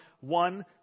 one